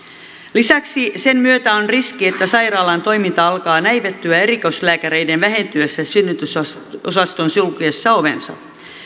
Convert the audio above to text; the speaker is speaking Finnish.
lisäksi sen myötä on riski että sairaalan toiminta alkaa näivettyä erikoislääkäreiden vähentyessä synnytysosaston sulkiessa ovensa